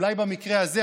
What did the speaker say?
אולי במקרה הזה,